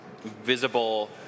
visible